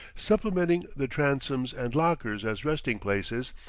supplementing the transoms and lockers as resting-places,